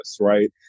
right